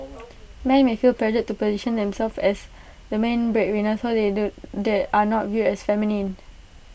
men may feel pressured to position themselves as the main breadwinner so they do they are not viewed as feminine